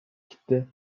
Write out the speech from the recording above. gitti